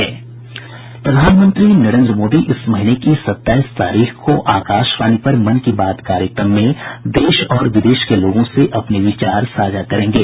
प्रधानमंत्री नरेन्द्र मोदी इस महीने की सत्ताईस तारीख को आकाशवाणी पर मन की बात कार्यक्रम में देश और विदेश के लोगों से अपने विचार साझा करेंगे